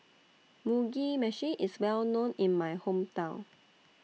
Mugi Meshi IS Well known in My Hometown